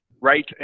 right